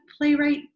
playwright